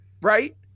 right